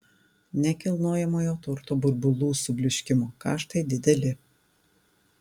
nekilnojamojo turto burbulų subliūškimo kaštai dideli